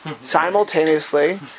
simultaneously